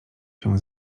się